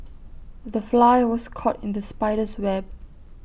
the fly was caught in the spider's web